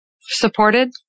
supported